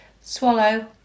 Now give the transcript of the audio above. Swallow